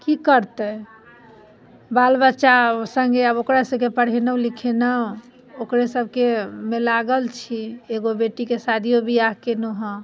की करतै बाल बच्चा सङ्गे आब ओकरा सबके पढ़ेलहुँ लिखेलहुँ ओकरे सबकेमे लागल छी एगो बेटीके शादियो बिआह कयलहुँ हँ